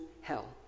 hell